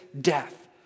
death